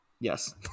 yes